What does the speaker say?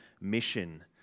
mission